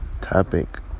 topic